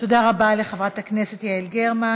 תודה רבה לחברת הכנסת יעל גרמן.